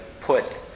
put